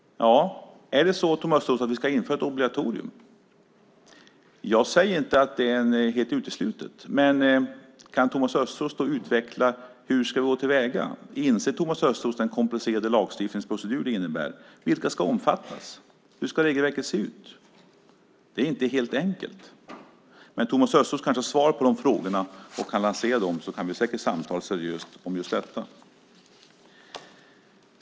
Ja, är det så att vi ska införa ett obligatorium? Jag säger inte att det är helt uteslutet, men kan Thomas Östros utveckla hur vi ska gå till väga? Inser Thomas Östros den komplicerade lagstiftningsprocedur som det innebär? Vilka ska omfattas? Hur ska regelverket se ut? Det är inte helt enkelt. Men Thomas Östros kanske svarar på de frågorna. Om han lanserar dem kan vi säkert samtala seriöst om just detta.